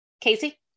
Casey